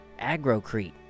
Agrocrete